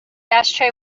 ashtray